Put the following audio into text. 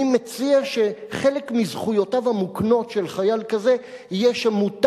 אני מציע שחלק מזכויותיו המוקנות של חייל כזה יהיה שמותר